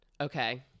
okay